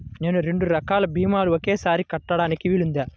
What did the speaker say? నేను రెండు రకాల భీమాలు ఒకేసారి కట్టడానికి వీలుందా?